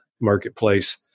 marketplace